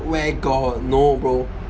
where got no bro